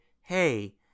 hey